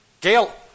Gail